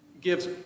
gives